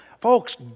Folks